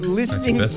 listening